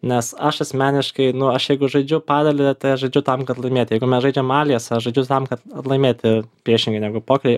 nes aš asmeniškai nu aš jeigu žaidžiu padelyje tai aš žaidžiu tam kad laimėt jeigu mes žaidžiam aliasą aš žaidžiu tam kad laimėti priešingai negu pokery